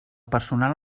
personal